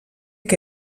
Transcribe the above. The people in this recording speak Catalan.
que